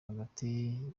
hagati